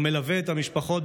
ומלווה את המשפחות,